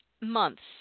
months